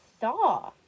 saw